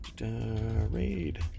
Raid